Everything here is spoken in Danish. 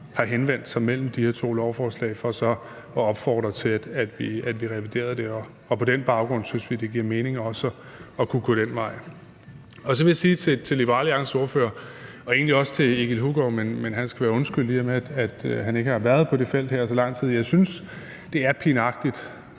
har henvendt sig mellem de her to lovforslag for at opfordre til, at vi reviderede det. Og på den baggrund synes vi, det giver mening også at kunne gå den vej. Kl. 12:06 Så vil jeg sige til Liberal Alliances ordfører og egentlig også til Egil Hulgaard, men han skal være undskyldt, i og med at han ikke har været på det felt her i så lang tid: Jeg synes, det er pinagtigt,